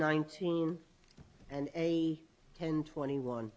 nineteen and a ten twenty one